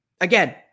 Again